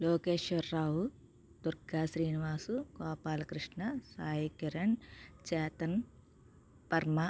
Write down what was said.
Lokeshwar Rao Durgasrinivas Gopalakrishna Saikiran Chetan Varma